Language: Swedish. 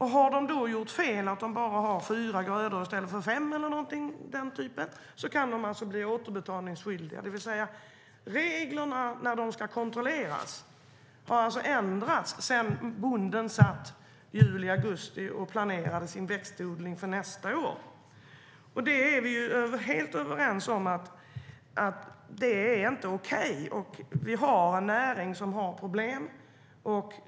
Har de då gjort fel och bara har fyra grödor i stället för fem, eller någonting av den typen, kan de bli återbetalningsskyldiga. Vi har en näring som har problem.